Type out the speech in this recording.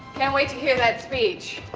can't wait to hear that speech.